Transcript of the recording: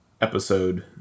episode